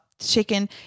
chicken